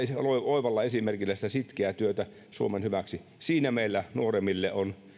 oivalla esimerkillänne sitä sitkeää työtä suomen hyväksi siinä meille nuoremmille on